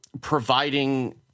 providing